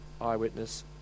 eyewitness